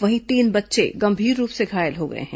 वहीं तीन बच्चे गंभीर रूप से घायल हो गए हैं